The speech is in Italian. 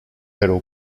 però